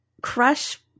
Crush